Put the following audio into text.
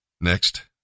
Next